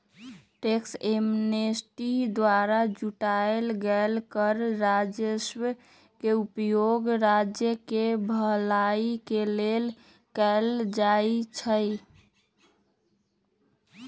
tax amnesty द्वारा जुटाएल गेल कर राजस्व के उपयोग राज्य केँ भलाई के लेल कएल जाइ छइ